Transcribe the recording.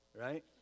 right